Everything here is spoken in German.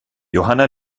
johanna